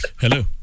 Hello